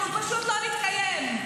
אנחנו פשוט לא נתקיים.